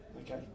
Okay